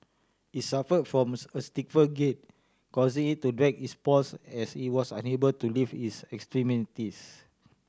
it's suffer from a stiffer gait causing it to drag its paws as it was unable to lift its extremities